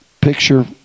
Picture